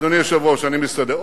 אדוני היושב-ראש, אני מסתדר.